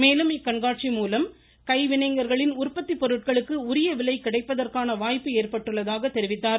மேலும் இக்கண்காட்சி மூலம் கைவினைஞர்களின் உற்பத்தி பொருட்களுக்கு உரிய விலை கிடைப்பதற்கான வாய்ப்பு ஏற்பட்டுள்ளதாக தெரிவித்தார்